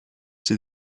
sie